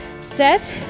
Set